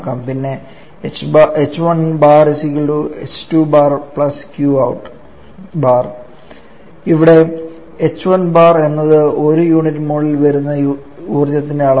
പിന്നെ ഇവിടെ h1 bar എന്നത് ഒരു യൂണിറ്റ് മോളിൽ വരുന്ന ഊർജ്ജത്തിന്റെ അളവാണ്